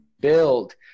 build